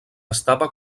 estava